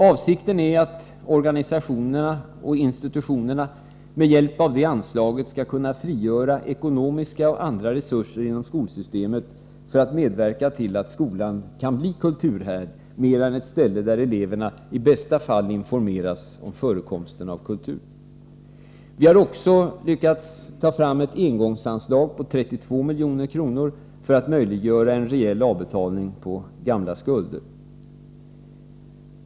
Avsikten är att organisationerna och institutionerna med hjälp av det anslaget skall kunna frigöra ekonomiska och andra resurser inom skolsystemet för att medverka till att skolan skall kunna bli mer en kulturhärd än ett ställe där eleverna i bästa fall informeras om förekomsten av kultur. Vi har också lyckats ta fram ett engångsanslag på 32 milj.kr. för att möjliggöra en rejäl avbetalning på gamla skulder.